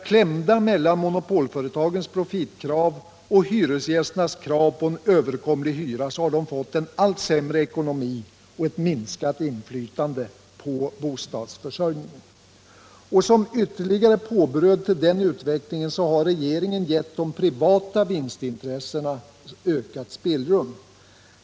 Klämda mellan monopolföretagens profitkrav och hyresgästernas krav på en överkomlig hyra har de fått en allt sämre ekonomi och ett minskat inflytande på bostadsförsörjningen. Som ytterligare påbröd till den utvecklingen har regeringen gett de privata vinstintressena ökat spelrum.